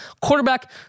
Quarterback